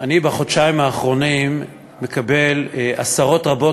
בחודשיים האחרונים אני מקבל עשרות רבות